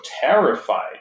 terrified